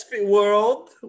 world